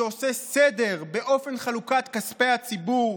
שעושה סדר באופן חלוקת כספי הציבור,